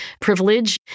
privilege